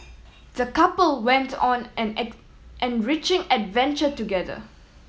the couple went on an an enriching adventure together